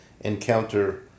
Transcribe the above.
encounter